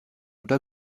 oder